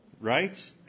right